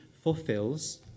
fulfills